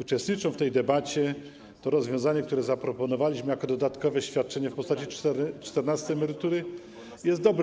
uczestniczą w tej debacie, to rozwiązanie, które zaproponowaliśmy jako dodatkowe świadczenie w postaci czternastej emerytury, jest dobre.